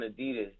Adidas